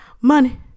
money